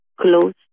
close